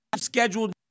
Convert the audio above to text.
scheduled